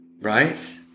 right